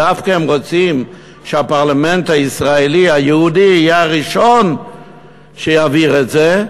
דווקא רוצים שהפרלמנט הישראלי היהודי יהיה הראשון שיעביר את זה.